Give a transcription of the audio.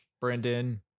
brendan